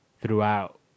throughout